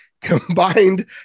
combined